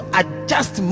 adjust